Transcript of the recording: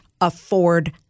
afford